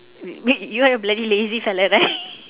you are a bloody lazy fella right